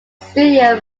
studio